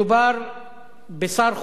מדובר בשר חוץ,